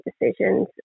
decisions